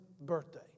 birthday